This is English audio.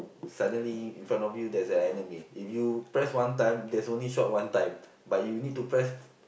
suddenly in front you there's a enemy if you press one time there's only shot one time but you need to press